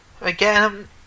again